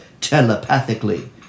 telepathically